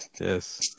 Yes